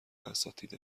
اساتید